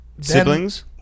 siblings